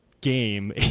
game